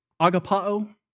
Agapao